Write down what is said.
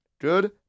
Good